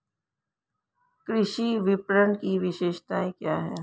कृषि विपणन की विशेषताएं क्या हैं?